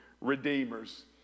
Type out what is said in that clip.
redeemers